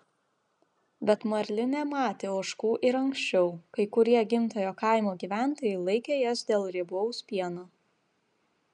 bet marlinė matė ožkų ir anksčiau kai kurie gimtojo kaimo gyventojai laikė jas dėl riebaus pieno